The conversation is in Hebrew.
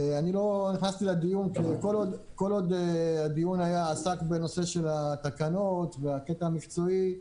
כל עוד הדיון עסק בנושא של התקנות והקטע המקצועי,